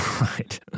right